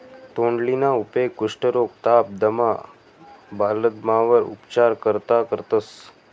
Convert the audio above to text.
तोंडलीना उपेग कुष्ठरोग, ताप, दमा, बालदमावर उपचार करता करतंस